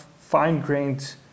fine-grained